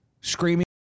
screaming